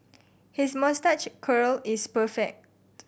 his moustache curl is perfect